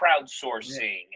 crowdsourcing